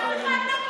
אף אחד לא גינה את זה.